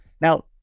Now